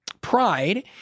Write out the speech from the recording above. pride